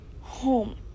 Home